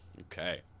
Okay